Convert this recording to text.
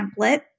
template